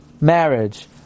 marriage